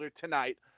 tonight